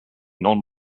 non